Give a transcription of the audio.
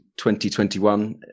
2021